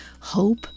Hope